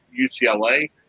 UCLA